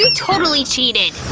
totally cheated!